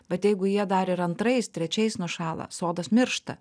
bet jeigu jie dar ir antrais trečiais nušąla sodas miršta